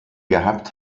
gehabt